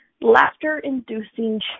Laughter-inducing